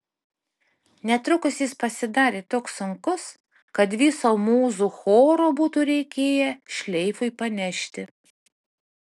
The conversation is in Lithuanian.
netrukus jis pasidarė toks sunkus kad viso mūzų choro būtų reikėję šleifui panešti